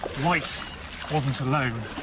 white wasn't alone.